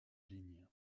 ligne